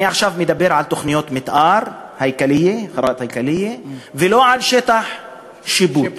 אני עכשיו מדבר על תוכניות המתאר ולא על שטח שיפוט.